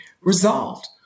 resolved